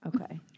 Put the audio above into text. Okay